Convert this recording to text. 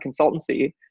consultancy